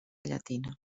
llatina